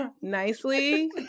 nicely